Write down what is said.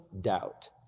doubt